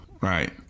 Right